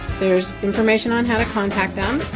there's information on how to contact them.